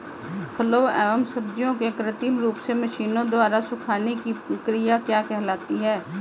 फलों एवं सब्जियों के कृत्रिम रूप से मशीनों द्वारा सुखाने की क्रिया क्या कहलाती है?